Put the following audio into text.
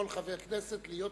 לכל חבר כנסת להיות